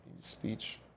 speech